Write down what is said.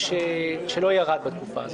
סוגיית המימון הקבוע,